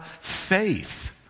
faith